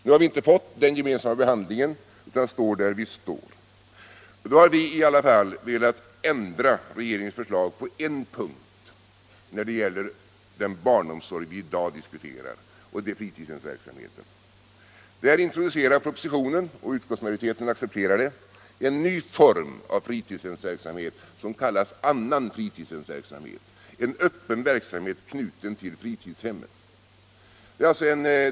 Nu blir det ingen gemensam behandling, utan vi står där vi står. Vi moderater har i alla fall velat ändra regeringens förslag på en punkt, nämligen när det gäller den barnomsorg som vi i dag diskuterar, alltså fritidshemsverksamheten. Där introducerar propositionen — och utskottsmajoriteten accepterar det — en ny form av fritidsverksamhet, som kallas "därtill knuten fritidsverksamhet”, en öppen verksamhet knuten till fritidshemmet.